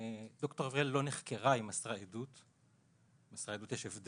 ד"ר אבריאל לא נחקרה, היא מסרה עדות, יש הבדל.